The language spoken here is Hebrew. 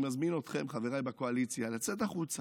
אני מזמין אתכם, חבריי בקואליציה, לצאת החוצה,